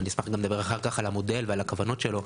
אשמח לדבר אחר כך גם על המודל ועל הכוונות שלו,